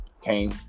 came